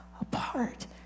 apart